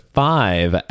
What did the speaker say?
five